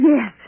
Yes